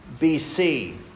BC